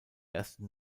erste